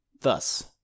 Thus